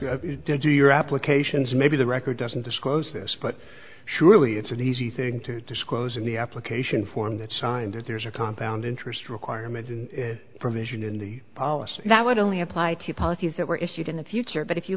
asked you to do your applications maybe the record doesn't disclose this but surely it's an easy thing to disclose in the application form that signed it there's a compound interest requirement provision in the policy that would only apply to policies that were issued in the future but if you